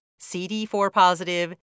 CD4-positive